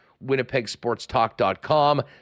winnipegsportstalk.com